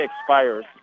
expires